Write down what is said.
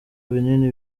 binini